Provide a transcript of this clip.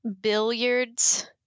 billiards